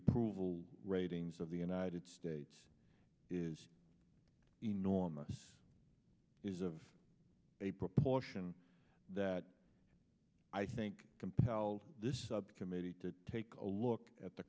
approval ratings of the united states is enormous is of a proportion that i think compelled this subcommittee to take a look at the